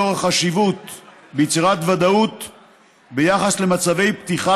לאור החשיבות ביצירת ודאות ביחס למצבי פתיחה